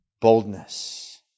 boldness